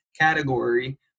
category